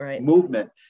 movement